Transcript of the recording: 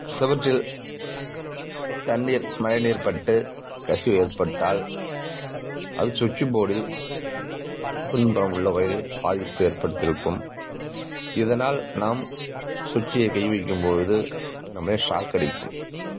சுவற்றில் தண்ணீர் மழைநீர் பட்டு கசிவு ஏற்பட்டால் அது சுவிட்ச் போர்டில் பின்புறம் உள்ள ஒயரில் பாதிப்பு ஏற்படுத்தி இருக்கும் இதனால் நம் ஸ்விச்சை கை வைக்கும் பொழுது அது நம்மளை ஷாக் அடிக்கும்